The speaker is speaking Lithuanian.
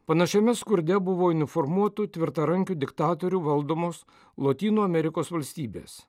panašiame skurde buvo uniformuotų tvirtarankių diktatorių valdomos lotynų amerikos valstybės